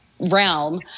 realm